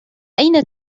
أين